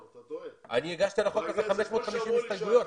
אני הגשתי על החוק הזה 550 הסתייגויות.